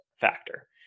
factor